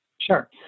Sure